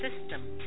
system